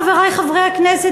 חברי חברי הכנסת,